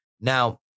Now